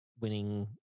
winning